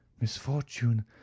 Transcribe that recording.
misfortune